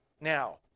now